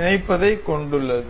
இணைப்பதைக் கொண்டுள்ளது